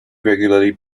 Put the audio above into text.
regularly